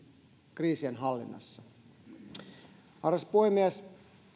kriisien hallinnassa arvoisa puhemies